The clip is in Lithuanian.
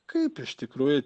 kaip iš tikrųjų